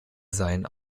seien